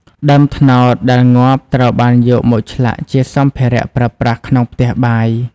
ដើមត្នោតដែលងាប់ត្រូវបានយកមកឆ្លាក់ជាសម្ភារៈប្រើប្រាស់ក្នុងផ្ទះបាយ។